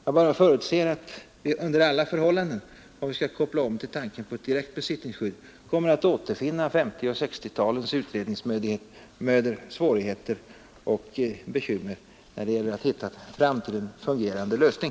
Men jag förutser att vi under alla förhållanden, om vi skall koppla om till tanken på ett direkt besittningsskydd, kommer att återfinna 1950 och 1960-talens utredningsmödor, svårigheter och bekymmer när det gäller att hitta en fungerande lösning.